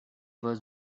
was